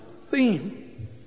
theme